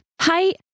Hi